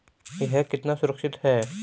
यह कितना सुरक्षित है?